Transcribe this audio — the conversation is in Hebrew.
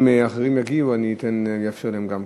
אם אחרים יגיעו, אני אאפשר להם גם כן.